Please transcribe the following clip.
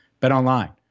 BetOnline